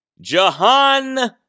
Jahan